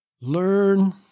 Learn